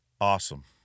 Awesome